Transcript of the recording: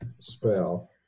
spell